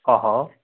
हाँ हाँ